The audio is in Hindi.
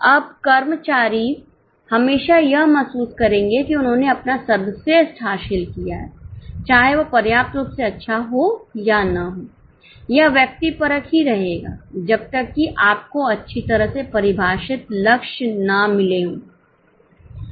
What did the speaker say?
अब कर्मचारी हमेशा यह महसूस करेंगे कि उन्होंने अपना सर्वश्रेष्ठ हासिल किया है चाहे वह पर्याप्त रूप से अच्छा हो या न हो यह व्यक्तिपरक ही रहेगा जब तक कि आपको अच्छी तरह से परिभाषित लक्ष्य ना मिले हो